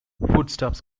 foodstuffs